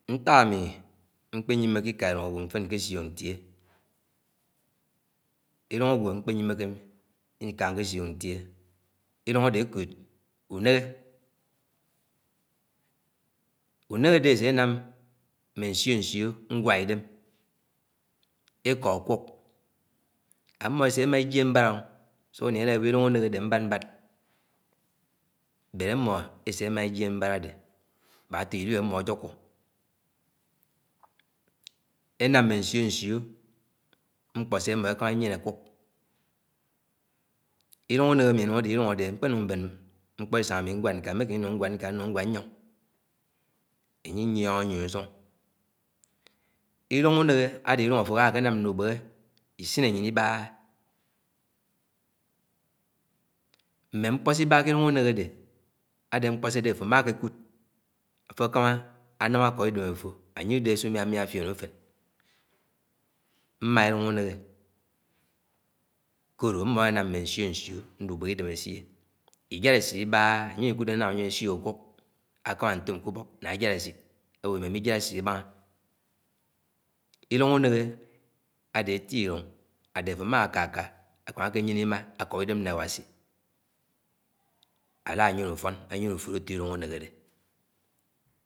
Nták ámí mkpènyiméké íká ìlûng ágwó mfeñ ké siók ntie; ìlúng mkpe nyìmeké ìka ké nsiọk itie, ìlúng àdé ekóód ùnéghẽ. Unéghé adé esénãm mmé nsiõ-nsió nguá-idém, ekó àkùk. Ámó ẹsémà ijié mbádà ùsúkiní eláwó ilúng unéghé adẽ mbád-mbád adẽ amo eseémá ijiě mbád adẽ mán atòdé ilib amo ajùkó anám mm̃é nsió-nsió mkpó sé ámò ekámá enyéné àkùk. Ìlúng ùnéghé ami, ãnúng ade ilúng adéhé mkpénúng mbén mkpóisúng ámi nwad nká mmekémé inúng nwàd ká nung nwád nying anye inyóngó nyien usung. ùlung adé ìlúng afo aháhá ahenam mbúbéhẽ, isìn añýin ìbáhã, mmé mkpó sé adẽ afó ámá ké kùd afó àhámá anám akó idẽm afó ánye ìdéhé sùmiámiá fien ùfeñ. Mma ilúng ùnéghẽ kóló àmí enám mme nsió-nsió nubẽhẽ idém esie I inyád esit ibáhã ányém, ikùdé nángá ányém asió àkùk áhámá ntoóm ké ubọk na ájád esit. Awó imó imi ijad esit ilúng adé afó ama kaká àkényéné imá àkób idém né Awasí-alá ányéné ùfon, ányéné ufóró ató ilúng uneghé.